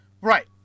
Right